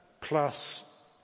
plus